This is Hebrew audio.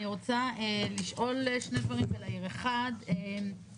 אני רוצה לשאול, כל